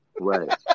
Right